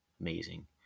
Amazing